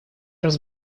раз